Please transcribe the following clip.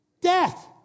death